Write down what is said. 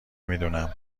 میدونم